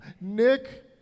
Nick